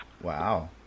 Wow